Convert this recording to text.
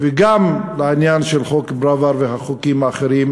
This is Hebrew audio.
וגם לעניין של חוק פראוור והחוקים האחרים,